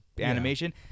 animation